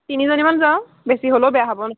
তিনিজনীমান যাওঁ বেছি হ'লেও বেয়া হ'ব ন